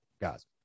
guys